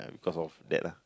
because of that lah